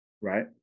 Right